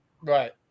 Right